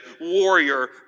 warrior